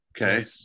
Okay